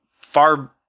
far